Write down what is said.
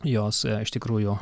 jos iš tikrųjų